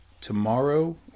tomorrow